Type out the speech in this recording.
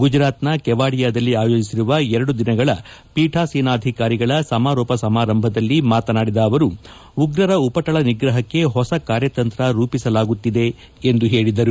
ಗುಜರಾತ್ನ ಕೆವಾಡಿಯಾದಲ್ಲಿ ಆಯೋಜಿಸಿರುವ ಎರಡು ದಿನಗಳ ಪೀಠಾಸೀನಾಧಿಕಾರಿಗಳ ಸಮಾರೋಪ ಸಮಾರಂಭದಲ್ಲಿ ಮಾತನಾಡಿದ ಅವರು ಉಗ್ರರ ಉಪಟಳ ನಿಗ್ರಹಕ್ಕೆ ಹೊಸ ಕಾರ್ಯತಂತ್ರ ರೂಪಿಸಲಾಗುತ್ತಿದೆ ಎಂದು ಹೇಳಿದರು